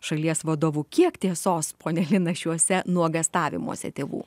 šalies vadovu kiek tiesos pone hina šiuose nuogąstavimuose tėvų